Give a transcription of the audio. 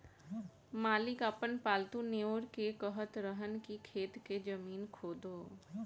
मालिक आपन पालतु नेओर के कहत रहन की खेत के जमीन खोदो